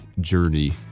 journey